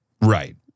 Right